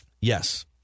Yes